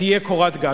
תהיה קורת גג".